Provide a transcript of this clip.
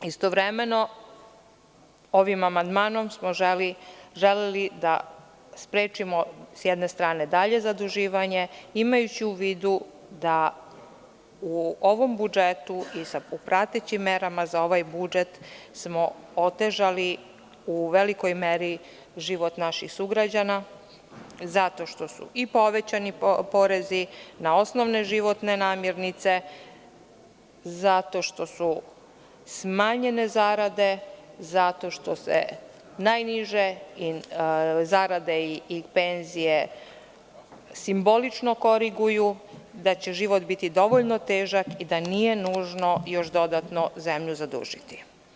Istovremeno, ovim amandmanom smo želeli da sprečimo s jedne strane dalje zaduživanje, imajući u vidu da smo u ovom budžetu i u pratećim merama za ovaj budžet otežali u velikoj meri život naših sugrađana, zato što su povećani porezi na osnovne životne namirnice, zato što su smanjene zarade, zato što se najniže zarade i penzije simbolično koriguju, da će život biti dovoljno težak i da nije nužno još dodatno zemlju zadužiti.